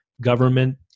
government